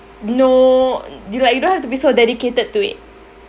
no you like you don't have to be so dedicated to it